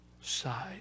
side